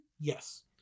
yes